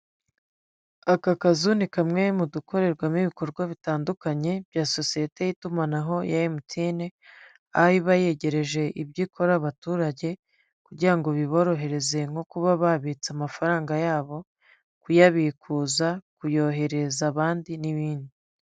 Aka kazu ni kamwe mu dukorerwamo ibikorwa bitandukanye bya sosiyete y'itumanaho ya MTN, aho iba yegereje ibyo ikora abaturage kugira ngo biborohereze nko kuba babitsa amafaranga yabo, kuyabikuza, kuyoherereza abandi n'ibindi.